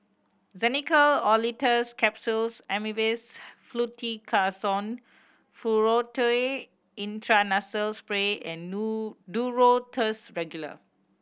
Xenical Orlistat Capsules Avamys Fluticasone Furoate Intranasal Spray and Duro Tuss Regular